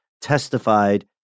testified